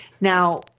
Now